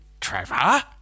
Trevor